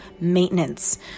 maintenance